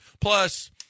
Plus